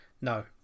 No